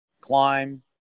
climb